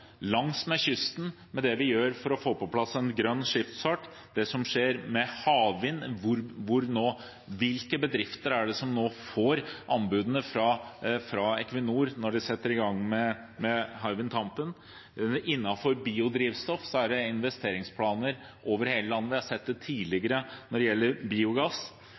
kysten med det vi gjør for å få på plass grønn skipsfart, og med det som skjer med havvind, og hvilke bedrifter det er som får anbudene fra Equinor når de nå setter i gang med Hywind Tampen. Innenfor biodrivstoff er det investeringsplaner over hele landet. Vi har sett det tidligere når det gjelder biogass.